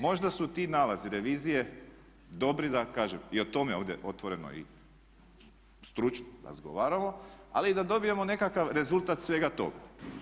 Možda su ti nalazi revizije dobri, da kažem i o tome ovdje otvoreno i stručno razgovaramo, ali i da dobijemo nekakav rezultat svega toga.